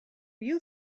you